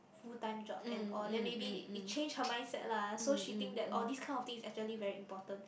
full time job and all then maybe it changed her mindset lah so she think that orh this kind of thing is actually very important